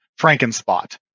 FrankenSpot